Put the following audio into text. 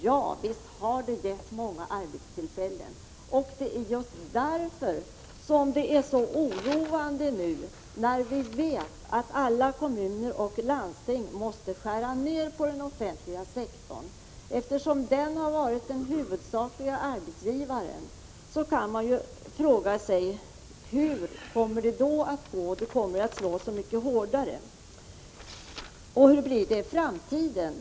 Ja, visst har den givit många arbetstillfällen. Det är just därför som det är så oroande att nu veta att alla kommuner och landsting måste skära ned på sin verksamhet. Eftersom den offentliga sektorn har varit den huvudsakliga arbetsgivaren kan man fråga sig hur det kommer att gå. Det kommer då att slå så mycket hårdare. Och hur blir det i framtiden?